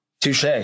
Touche